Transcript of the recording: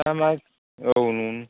दामा औ न'नि